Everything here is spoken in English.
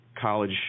college